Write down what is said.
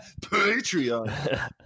patreon